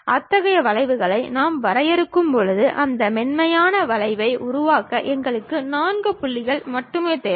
அத்தகைய வளைவுகளை நாம் வரையும்போது அந்த மென்மையான வளைவை உருவாக்க எங்களுக்கு 4 புள்ளிகள் மட்டுமே தேவை